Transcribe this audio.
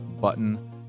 button